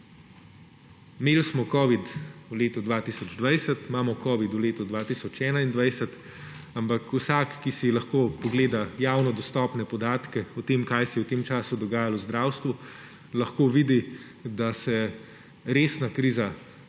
Imeli smo covid-19 v letu 2020, imamo covid-19 v letu 2021, ampak vsak, ki si lahko pogleda javno dostopne podatke o tem, kaj se je v tem času dogajalo v zdravstvu, lahko vidi, da se resna kriza na